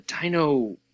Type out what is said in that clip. Dino